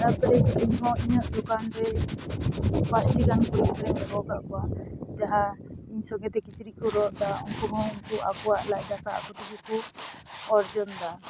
ᱛᱟᱯᱚᱨᱮ ᱤᱧᱦᱚᱸ ᱤᱧᱟᱹᱜ ᱫᱳᱠᱟᱱᱨᱮ ᱯᱟᱸᱪᱴᱤᱜᱟᱱ ᱠᱩᱲᱤ ᱜᱤᱫᱽᱨᱟᱹᱧ ᱫᱚᱦᱚ ᱟᱠᱟᱫ ᱠᱚᱣᱟ ᱡᱟᱦᱟᱸ ᱤᱧ ᱥᱚᱸᱜᱮᱛᱮ ᱠᱤᱪᱨᱤᱡᱠᱚ ᱨᱚᱜ ᱮᱫᱟ ᱩᱱᱠᱩ ᱦᱚᱸ ᱟᱠᱚᱣᱟᱜ ᱞᱟᱡᱼᱫᱟᱠᱟ ᱟᱠᱚᱛᱮᱜᱮ ᱠᱚ ᱚᱨᱡᱚᱱ ᱮᱫᱟ